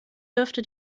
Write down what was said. dürfte